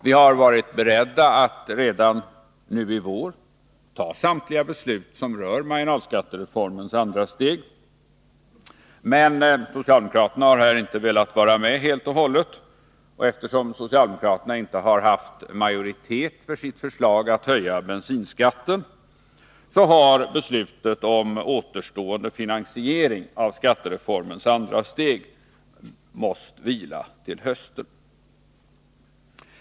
Vi har varit beredda att redan nu i vår ta samtliga beslut som rör marginalskattereformens andra steg, men socialdemokraterna har här inte velat vara med helt och hållet, och eftersom socialdemokraterna inte haft majoritet för sitt förslag att höja bensinskatten måste beslutet om återstående finansiering av skattereformens andra steg vila till hösten.